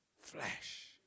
flesh